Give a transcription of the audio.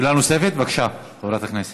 שאלה נוספת, בבקשה, חברת הכנסת.